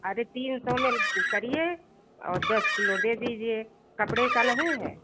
अरे तीन सौ में करिए औ दस किलो दे दीजिए कपड़े का नहीं है